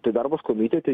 tai darbas komitete